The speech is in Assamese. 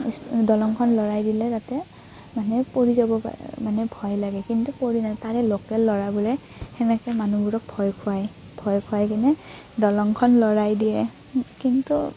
দলংখন লৰাই দিলে তাতে মানে পৰি যাব পাৰে মানে ভয় লাগে কিন্তু পৰি ন তাৰে লোকেল ল'ৰাবোৰে তেনেকৈ মানুহবোৰক ভয় খুৱায় ভয় খুৱাই কিনে দলংখন লৰাই দিয়ে কিন্তু